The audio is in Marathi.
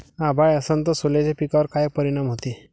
अभाळ असन तं सोल्याच्या पिकावर काय परिनाम व्हते?